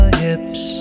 hips